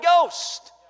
Ghost